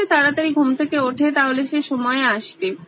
যদি সে তাড়াতাড়ি ঘুম থেকে ওঠে তাহলে সে সময়ে আসবে